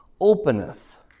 openeth